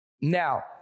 Now